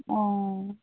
অঁ